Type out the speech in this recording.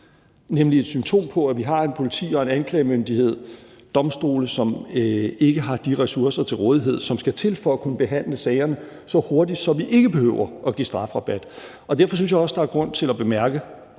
nemlig et symptom på, at vi har et politi og en anklagemyndighed, domstole, som ikke har de ressourcer til rådighed, som skal til for at kunne behandle sagerne så hurtigt, at vi ikke behøver at give strafrabat. Derfor synes jeg også, at der er grund til at bemærke,